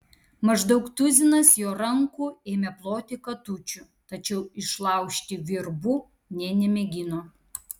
maždaug tuzinas jo rankų ėmė ploti katučių tačiau išlaužti virbų nė nemėgino